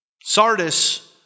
Sardis